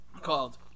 called